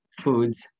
foods